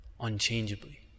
unchangeably